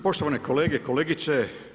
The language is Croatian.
Poštovane kolege, kolegice.